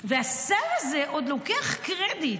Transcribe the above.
והשר הזה עוד לוקח קרדיט.